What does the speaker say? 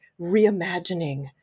reimagining